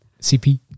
CP